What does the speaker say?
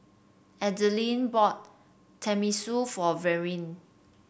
Adilene bought Tenmusu for Verlyn